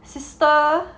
sister